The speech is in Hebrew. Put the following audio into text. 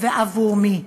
ועבור מי.